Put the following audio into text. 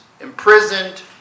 imprisoned